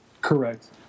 Correct